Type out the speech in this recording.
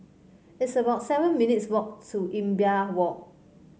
it's about seven minutes' walk to Imbiah Walk